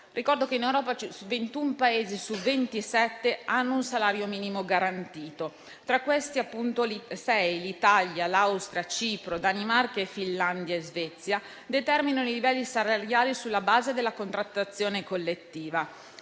Ricordo che in Europa ventuno Paesi su ventisette hanno un salario minimo garantito; i restanti sei - l'Italia, l'Austria, Cipro, Danimarca, Finlandia e Svezia - determinano i livelli salariali sulla base della contrattazione collettiva.